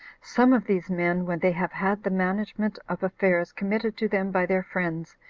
some of these men, when they have had the management of affairs committed to them by their friends,